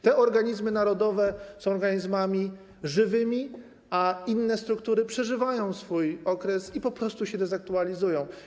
Te organizmy narodowe są organizmami żywymi, a inne struktury przeżywają swój okres i po prostu się dezaktualizują.